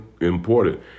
important